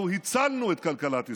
אנחנו הצלנו את כלכלת ישראל.